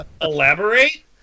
Elaborate